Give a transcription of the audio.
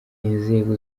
inzego